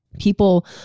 people